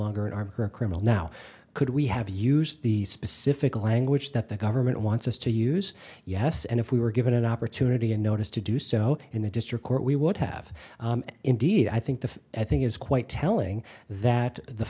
longer an arbiter of criminal now could we have used the specific language that the government wants us to use yes and if we were given an opportunity a notice to do so in the district court we would have indeed i think the i think is quite telling that the